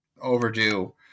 overdue